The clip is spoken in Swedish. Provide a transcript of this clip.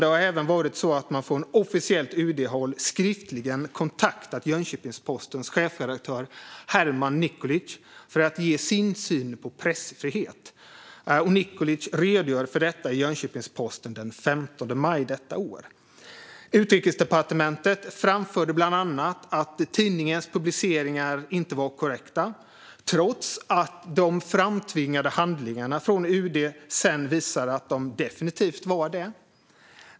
Det har även varit så att man från officiellt UD-håll skriftligen har kontaktat Jönköpings-Postens chefredaktör Herman Nikolic för att ge sin syn på pressfrihet. Nikolic redogör för detta i Jönköpings-Posten den 15 maj detta år. Utrikesdepartementet framförde bland annat att tidningens publiceringar inte var korrekta, trots att de framtvingade handlingarna från UD sedan visade att de definitivt var det.